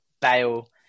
bail